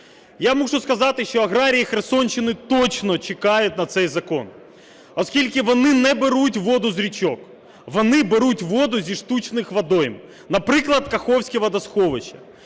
Я мушу сказати, що аграрії Херсонщини точно чекають на цей закон, оскільки вони не беруть воду з річок, вони беруть воду із штучних водойм, наприклад Каховське водосховище.